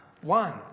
one